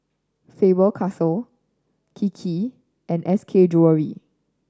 Faber Castell Kiki and S K Jewellery